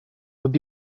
would